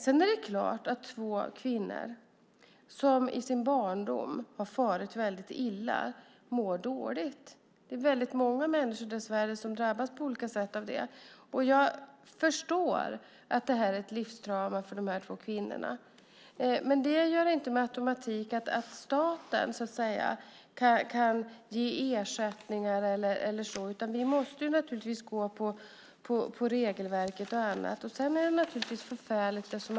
Sedan är det klart att det är två kvinnor som i sin barndom har farit väldigt illa och mår dåligt, och dessvärre är det väldigt många människor som på olika sätt drabbas av det. Jag förstår att det här är ett livstrauma för de här två kvinnorna. Men det gör inte med automatik att staten kan ge ersättningar, utan vi måste naturligtvis följa regelverket. Det som har hänt är naturligtvis förfärligt.